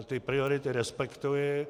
Ty priority respektuji.